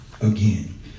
again